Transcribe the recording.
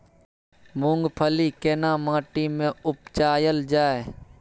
मूंगफली केना माटी में उपजायल जाय?